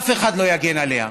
אף אחד לא יגן עליה.